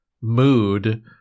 mood